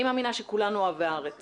אני מאמינה שכולנו אוהבי הארץ